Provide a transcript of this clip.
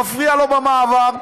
מפריע לו במעבר,